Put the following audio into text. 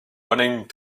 running